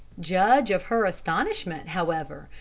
judge of her astonishment, however,